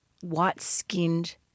white-skinned